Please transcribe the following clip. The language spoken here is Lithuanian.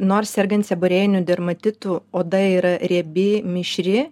nors sergant seborėjiniu dermatitu oda yra riebi mišri